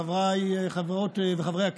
חבריי חברות וחברי הכנסת,